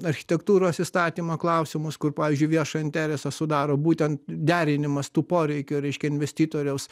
architektūros įstatymo klausimus kur pavyzdžiui viešąjį interesą sudaro būtent derinimas tų poreikių reiškia investitoriaus